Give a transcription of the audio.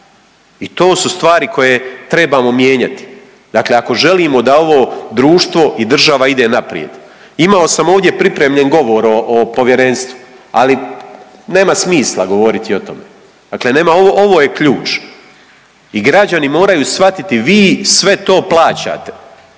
i to su stvari koje trebamo mijenjati, ako želimo da ovo društvo i država ide naprijed. Imao sam ovdje pripremljen govor o povjerenstvu, ali nema smisla govoriti o tome, dakle ovo je ključ. I građani moraju shvatiti vi sve to plaćate.